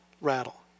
rattle